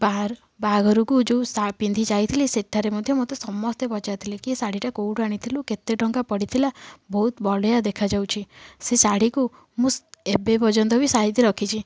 ବାହା ବାହାଘରକୁ ଯେଉଁ ସା ପିନ୍ଧି ଯାଇଥିଲି ସେଠାରେ ମଧ୍ୟ ମୋତେ ସମସ୍ତେ ପଚାରିଥିଲେ କି ଏ ଶାଢ଼ୀଟି କେଉଁଠୁ ଆଣିଥିଲୁ କେତେ ଟଙ୍କା ପଡ଼ିଥିଲା ବହୁତ ବଢ଼ିଆ ଦେଖାଯାଉଛି ସେ ଶାଢ଼ୀକୁ ମୁଁ ଏବେ ପର୍ଯ୍ୟନ୍ତ ବି ସାଇତି ରଖିଛି